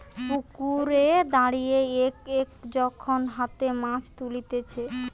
পুকুরে দাঁড়িয়ে এক এক যখন হাতে মাছ তুলতিছে